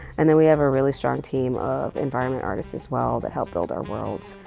and then we have a really strong team of environment artists as well that help build our worlds,